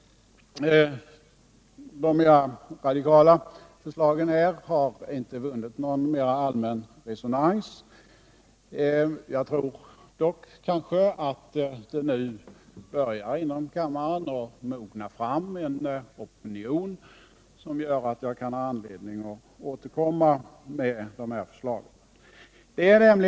De mera radikala förslagen har inte vunnit någon allmän resonans. Jag tror dock att det inom kammaren börjar mogna fram en opinion som gör att jag kan ha anledning att återkomma med mina förslag.